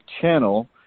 channel